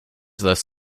thus